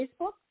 Facebook